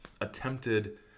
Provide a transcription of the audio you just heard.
attempted